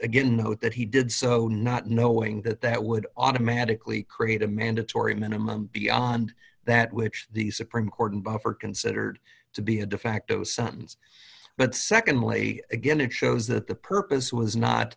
again note that he did so not knowing that that would automatically create a mandatory minimum beyond that which the supreme court unbuffered considered to be a de facto sentence but secondly again it shows that the purpose was not